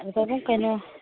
ꯄꯥꯕꯨꯡ ꯀꯩꯅꯣ